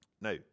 Now